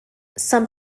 some